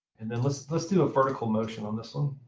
and then let's let's do a vertical motion on this one.